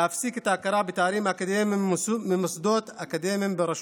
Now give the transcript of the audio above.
להפסיק את ההכרה בתארים אקדמיים ממוסדות אקדמיים ברשות.